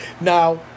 Now